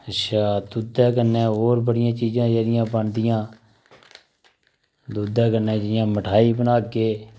अच्छा दुध्दै कन्नै होर बड़ियां चीजां जेह्ड़ियां बनदियां दुध्दै कन्नै जि'यां मठाई बनागे